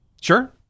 Sure